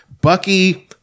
Bucky